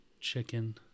Chicken